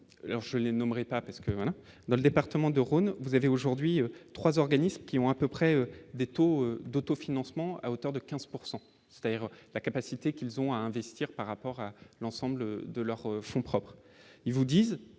je ne les nommerai pas, parce que dans le département de Rhône, vous avez aujourd'hui 3 organismes qui ont à peu près des taux d'autofinancement à hauteur de 15 pourcent,, c'est-à-dire la capacité qu'ils ont à investir par rapport à l'ensemble de leurs fonds propres, ils vous disent